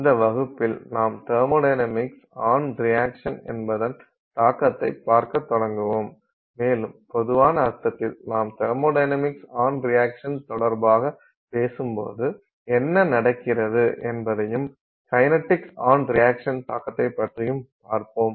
இந்த வகுப்பில் நாம் தெர்மொடைனமிக்ஸ் ஆன் ரியாக்சன் என்பதன் தாக்கத்தைப் பார்க்க தொடங்குவோம் மேலும் பொதுவான அர்த்தத்தில் நாம் தெர்மொடைனமிக்ஸ் ஆன் ரியாக்சன் தொடர்பாகப் பேசும்போது என்ன நடக்கிறது என்பதையும் கைனடிக்ஸ் ஆன் ரியாக்சன் தாக்கத்தை பற்றியும் பார்ப்போம்